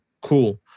Cool